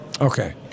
Okay